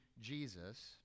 Jesus